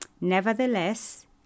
Nevertheless